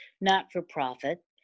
not-for-profit